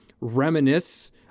reminisce